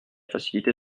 faciliter